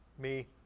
me,